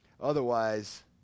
Otherwise